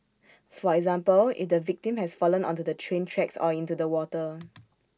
for example if the victim has fallen onto the train tracks or into the water